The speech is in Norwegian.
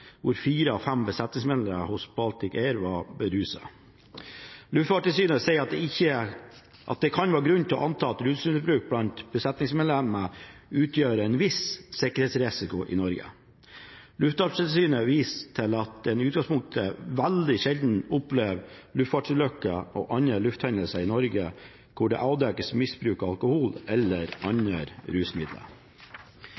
hvor fire av fem besetningsmedlemmer hos Air Baltic var beruset. Luftfartstilsynet sier at det kan være grunn til å anta at rusmiddelbruk blant besetningsmedlemmer utgjør en viss sikkerhetsrisiko i Norge. Luftfartstilsynet viser til at en i utgangspunktet veldig sjelden opplever luftfartsulykker og andre luftfartshendelser i Norge hvor det avdekkes misbruk av alkohol eller